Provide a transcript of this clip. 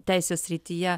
teisės srityje